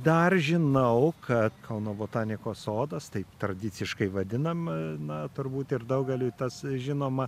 dar žinau kad kauno botanikos sodas taip tradiciškai vadinam na turbūt ir daugeliui tas žinoma